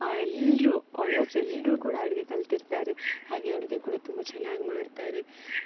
ಎಲ್ಲರೂ ಆಲ್ಮೋಸ್ಟ್ ಎಲ್ಲರೂ ಕೂಡ ಅಡಿಗೆ ಕಲ್ತಿರ್ತಾರೆ ಹಾಗೆ ಅಡಿಗೆ ಕೂಡ ತುಂಬ ಚೆನ್ನಾಗಿ ಮಾಡ್ತಾರೆ